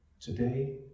today